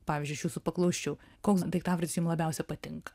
pavyzdžiui aš jūsų paklausčiau koks daiktavardis jums labiausiai patinka